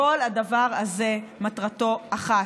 כל הדבר הזה, מטרתו אחת: